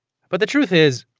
but the truth is,